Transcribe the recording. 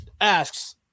asks